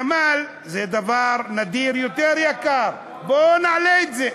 גמל זה דבר נדיר, יותר יקר, בואו נעלה את זה.